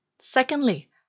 Secondly